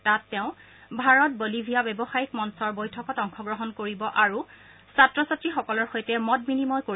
তাত তেওঁ ভাৰত বলীভিয়া ব্যৱসায়ীক মঞ্চৰ বৈঠকত অংশগ্ৰহণ কৰিব আৰু ছাত্ৰ ছাত্ৰীসকলৰ সৈতে মত বিনিময় কৰিব